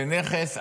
זה נכס,